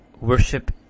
worship